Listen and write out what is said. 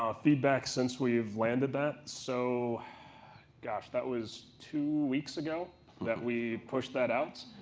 um feedback since we've landed that. so gosh, that was two weeks ago that we pushed that out.